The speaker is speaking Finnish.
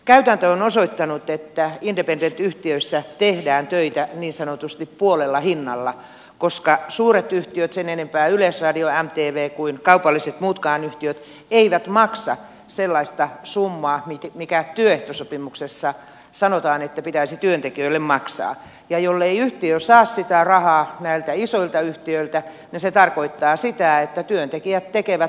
käytäntö on osoittanut että independent yhtiöissä tehdään töitä niin sanotusti puolella hinnalla koska suuret yhtiöt sen enempää yleisradio mtv kuin muutkaan kaupalliset yhtiöt eivät maksa sellaista summaa mikä työehtosopimuksessa sanotaan että pitäisi työntekijöille maksaa ja jollei yhtiö saa sitä rahaa näiltä isoilta yhtiöiltä se tarkoittaa sitä että työntekijät tekevät polkuhintaan töitä